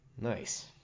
Nice